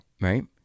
Right